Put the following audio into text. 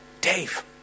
Dave